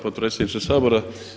Potpredsjedniče Sabora!